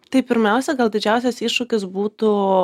tai pirmiausia gal didžiausias iššūkis būtų